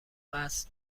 قصد